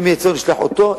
אם יהיה צורך נשלח אותו,